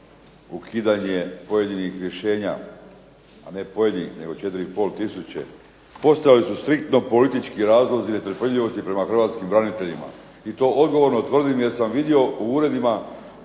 ukidanje pojedinih rješenja, a ne pojedinih nego 4 i pol tisuće. Postojali su striktno politički razlozi netrpeljivosti prema hrvatskim braniteljima i to odgovorno tvrdim jer sam vidio u Uredima